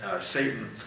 Satan